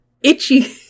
Itchy